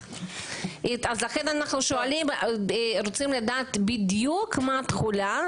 לכן אנחנו רוצים לדעת בדיוק מה התכולה,